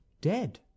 dead